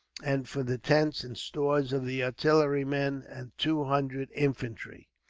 and for the tents and stores of the artillerymen and two hundred infantry,